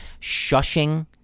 shushing